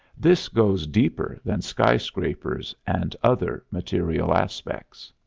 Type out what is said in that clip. this goes deeper than skyscrapers and other material aspects.